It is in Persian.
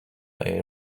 ایر